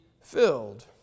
filled